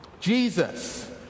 Jesus